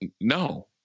No